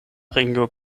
ringo